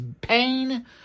pain